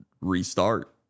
restart